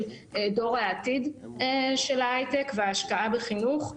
דור העתיד של ההיי-טק וההשקעה בחינוך.